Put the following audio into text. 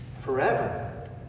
forever